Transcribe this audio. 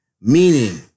meaning